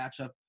matchup